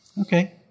Okay